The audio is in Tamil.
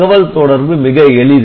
தகவல் தொடர்பு மிக எளிது